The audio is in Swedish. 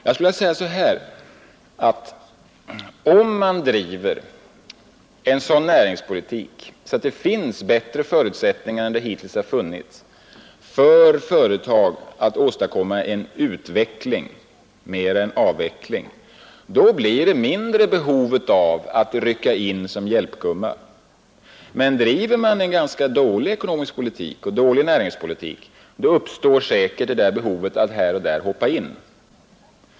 Jag skulle vilja säga: Om man driver en sådan näringspolitik att det skapas bättre förutsättningar än som hittills har funnits för företag att åstadkomma utveckling mer än avveckling, blir det mindre behov av att rycka in som hjälpgumma. Men driver man en ganska dålig ekonomisk politik och dålig näringspolitik, uppstår säkert här och där behovet av att hoppa in.